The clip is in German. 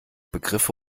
begriffe